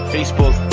Facebook